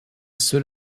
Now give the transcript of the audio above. seul